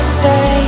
say